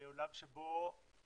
עולם שבו